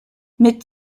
mit